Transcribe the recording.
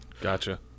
Gotcha